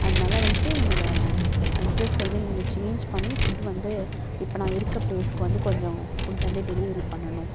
அதனால் வந்துட்டு என்னோடய அட்ரெஸ் வந்து நீங்கள் சேஞ்ச் பண்ணி ஃபுட் வந்து இப்போ நான் இருக்க பிளேஸ்க்கு வந்து கொஞ்சம் ஃபுட் வந்து டெலிவரி பண்ணணும்